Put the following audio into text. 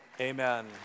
Amen